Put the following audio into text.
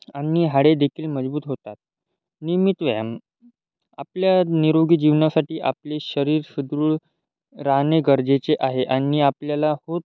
आणि हाडेदेखील मजबूत होतात नियमित व्यायाम आपल्या निरोगी जीवनासाठी आपले शरीर सुदृढ राहणे गरजेचे आहे आणि आपल्याला होत